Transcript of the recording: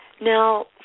Now